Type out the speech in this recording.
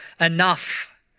enough